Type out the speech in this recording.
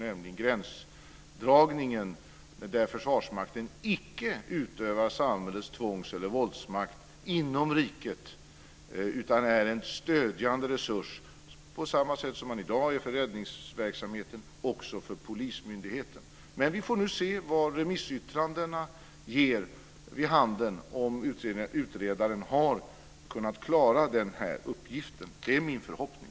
Det gäller gränsdragningen där Försvarsmakten icke utövar samhällets tvångs eller våldsmakt inom riket utan är en stödjande resurs på samma sätt som den i dag är det för räddningsverksamheten och också för polismyndigheten. Vi får se vad remissyttrandena ger vid handen och om utredaren har kunnat klara uppgiften. Det är min förhoppning.